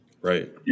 Right